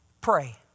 pray